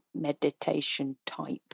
meditation-type